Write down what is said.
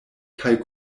kaj